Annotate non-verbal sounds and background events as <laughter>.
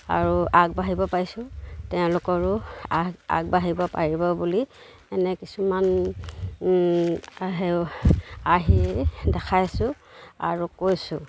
আৰু আগবাঢ়িব পাইছোঁ তেওঁলোকৰো আগবাঢ়িব পাৰিব বুলি এনে কিছুমান <unintelligible> আৰ্হি দেখাইছোঁ আৰু কৈছোঁ